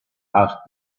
asked